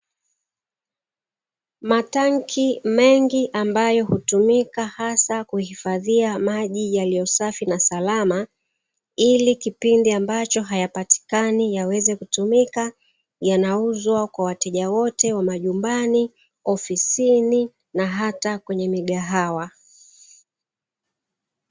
Matanki mengi ambayo hutumika hasa kuhifadhia maji yaliyo safi na salama, ili kipindi ambacho hayapatikani yaweze kutumika, yanauzwa kwa wateja wote wa majumbani, ofisini na hata kwenye migahawa.